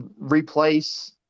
replace